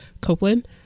Copeland